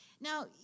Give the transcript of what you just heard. Now